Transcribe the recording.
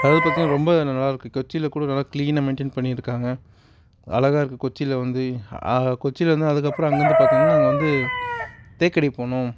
அதாவது பார்த்தீங்னா ரொம்ப நல்லா இருக்குது கொச்சியில் கூட நல்லா க்ளீனாக மெயின்டைன் பண்ணிகிட்டு இருக்காங்க அழகாக இருக்குது கொச்சியில் வந்து அழகாக கொச்சியில் இருந்து அதுக்கு அப்புறம் அங்கிருந்து பார்த்தீங்னா நாங்கள் வந்து தேக்கடி போனோம்